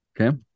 Okay